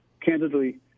candidly